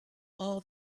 all